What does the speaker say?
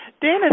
Dana